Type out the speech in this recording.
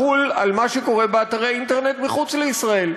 לחול על מה שקורה באתרי אינטרנט מחוץ לישראל.